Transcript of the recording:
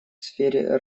сфере